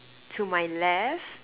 to my left